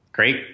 Great